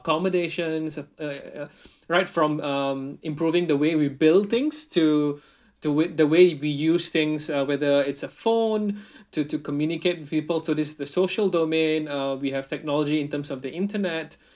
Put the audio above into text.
accommodations uh right from um improving the way we build things to the way the way we use things uh whether it's a phone to to communicate with people to this the social domain uh we have technology in terms of the internet